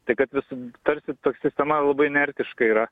tai kad visa tarsi ta sistema labai inertiška yra